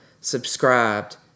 subscribed